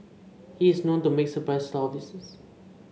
he is known to make surprise store visits